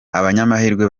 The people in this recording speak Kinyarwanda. abanyamahirwe